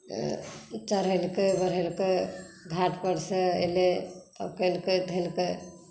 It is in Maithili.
चढ़ेलकै बढ़ेलकै घाट परसँ एलै तब केलकै धेलकै